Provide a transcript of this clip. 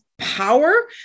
Power